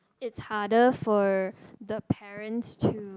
it's harder for the parents to